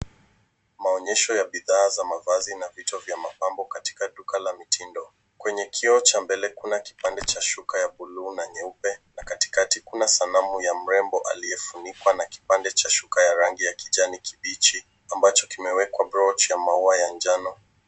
Maonyesho ya bidhaa za mavazi na vito vya mapambo katika duka la mitindo. Kwenye kioo cha mbele kuna kipande cha shuka ya buluu na nyeupe. Katikati kuna sanamu ya mrembo aliyefunikwa na kipande cha shuka ya rangi ya kijani kibichi, ambacho kimewekwa broach ya maua ya njano.